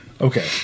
Okay